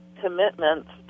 commitments